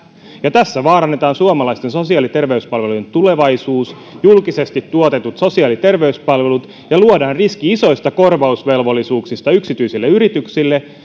tässä vaarannetaan suomalaisten sosiaali ja terveyspalvelujen tulevaisuus julkisesti tuotetut sosiaali ja terveyspalvelut ja luodaan riski isoista korvausvelvollisuuksista yksityisille yrityksille